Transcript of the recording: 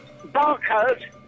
Barcode